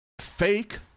fake